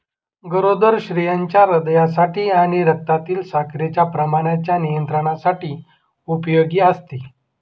गरोदर स्त्रियांच्या हृदयासाठी आणि रक्तातील साखरेच्या प्रमाणाच्या नियंत्रणासाठी उपयोगी असते